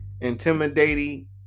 intimidating